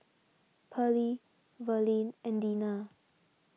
Perley Verlene and Dina